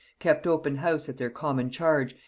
kept open house at their common charge,